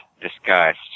disgust